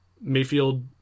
Mayfield